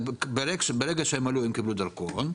ברגע שהם עלו הם קיבלו דרכון.